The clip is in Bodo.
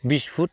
बिस फुट